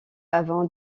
avant